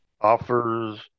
offers